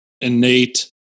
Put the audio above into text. innate